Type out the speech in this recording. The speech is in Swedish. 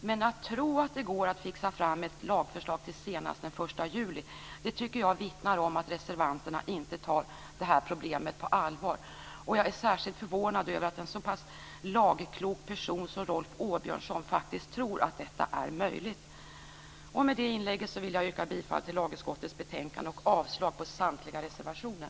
Men att tro att det går att fixa fram ett lagförslag till senast den 1 juli tycker jag vittnar om att reservanterna inte tar problemet på allvar. Jag är särskilt förvånad över att en så lagklok person som Rolf Åbjörnsson faktiskt tror att det är möjligt. Med detta inlägg vill jag yrka bifall till lagutskottets hemställan och avslag på samtliga reservationer.